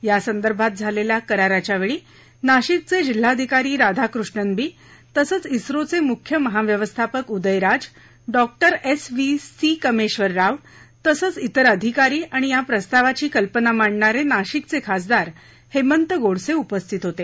यासंदर्भात झालेल्या कराराच्या वेळी नाशिकचे जिल्हाधिकारी राधाकृष्णन बी तसेच इसरोचे मुख्य महाव्यवस्थापक Uday Raj doctor S V C Kameshwar Rao तसंच इतर अधिकारी आणि या प्रस्तावाची कल्पना मांडणारे नाशिकचे खासदार हेमंत गोडसे उपस्थित होते